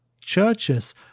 Churches